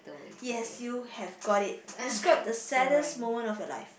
yes you have got it describe the saddest moment of your life